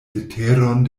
leteron